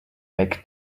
make